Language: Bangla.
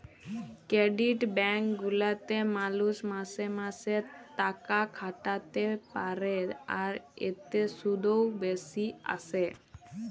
ক্রেডিট ব্যাঙ্ক গুলাতে মালুষ মাসে মাসে তাকাখাটাতে পারে, আর এতে শুধ ও বেশি আসে